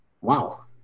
wow